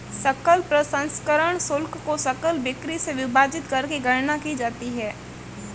सकल प्रसंस्करण शुल्क को सकल बिक्री से विभाजित करके गणना की जाती है